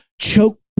Choke